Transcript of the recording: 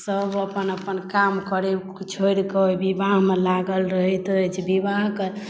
सब अपन अपन काम करै छोड़ि कऽ विवाह मे लागल रहैत अछि विवाहके